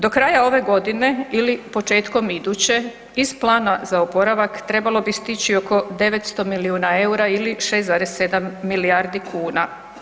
Do kraja ove godine ili početkom iduće, iz plana za oporavak trebalo bi stići oko 900 milijuna eura ili 6,7 milijardi kuna.